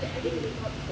and